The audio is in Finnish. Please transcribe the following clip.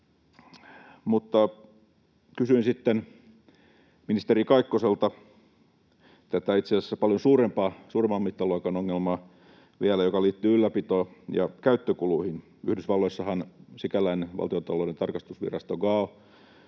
Kysyin ministeri Kaikkoselta tätä itse asiassa vielä paljon suuremman mittaluokan ongelmaa, joka liittyy ylläpito- ja käyttökuluihin. Yhdysvalloissahan sikäläinen valtiontalou-den tarkastusvirasto GAO